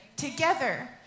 Together